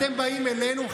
אתם באים אלינו?